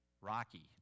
Rocky